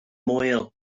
moel